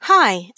Hi